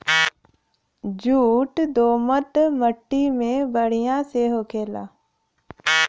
jute दोमट मट्टी में बढ़िया से होखेला